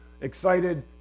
excited